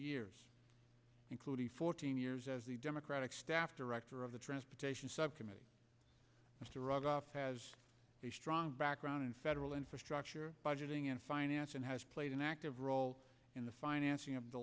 years including fourteen years as the democratic staff director of the transportation subcommittee of the rogoff has a strong background in federal infrastructure budgeting and finance and has played an active role in the financing of the